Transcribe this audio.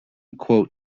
income